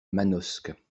manosque